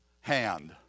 hand